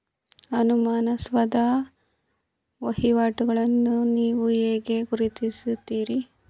ಅನುಮಾನಾಸ್ಪದ ವಹಿವಾಟುಗಳನ್ನು ನೀವು ಹೇಗೆ ಗುರುತಿಸುತ್ತೀರಿ?